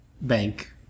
bank